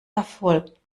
erfolgt